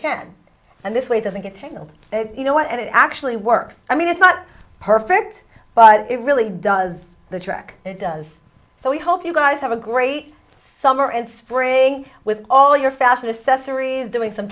can and this way doesn't get tangled you know and it actually works i mean it's not perfect but it really does the truck and it does so we hope you guys have a great summer and spring with all your